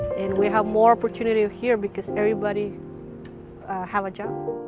and we have more opportunity here because everybody have a job.